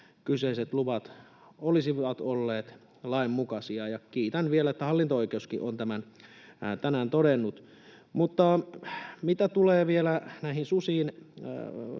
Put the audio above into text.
kyseiset luvat olisivat olleet lainmukaisia. Kiitän vielä, että hallinto-oikeuskin on tämän tänään todennut. Mutta mitä tulee vielä näihin susiin,